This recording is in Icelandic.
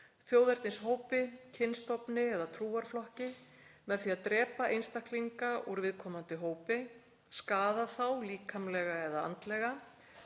þjóðernishópi, kynstofni eða trúarflokki með því að drepa einstaklinga úr viðkomandi hópi, skaða þá líkamlega eða andlega,